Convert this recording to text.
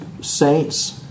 saints